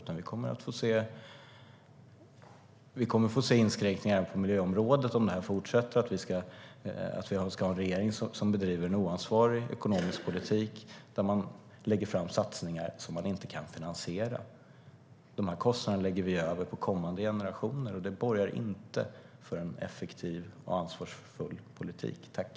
Vi kommer att få se inskränkningar på miljöområdet om vi ska ha en regering som fortsätter bedriva en oansvarig ekonomisk politik, där man lägger fram satsningar som man inte kan finansiera. De kostnaderna lägger vi över på kommande generationer. Det borgar inte för en effektiv och ansvarsfull politik.